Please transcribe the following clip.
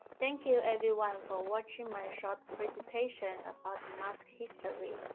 thank you, everyone, for watching my short presentation about mask history,